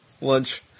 lunch